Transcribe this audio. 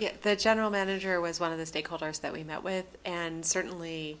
yet the general manager was one of the stakeholders that we met with and certainly